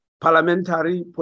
parliamentary